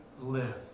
live